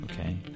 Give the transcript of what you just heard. okay